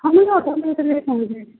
ହଁ ମୁଁ ସେହି ଅଧ ଘଣ୍ଟେ ଭିତରେ ଯାଇକି ପହଞ୍ଚିଯିବି